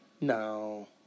No